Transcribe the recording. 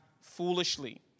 foolishly